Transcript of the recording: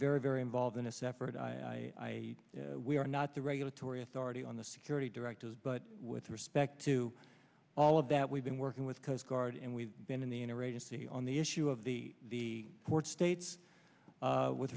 very very involved in a separate i we are not the regulatory authority on the security directors but with respect to all of that we've been working with coast guard and we've been in the inner agency on the issue of the the port states with